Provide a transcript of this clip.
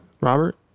Robert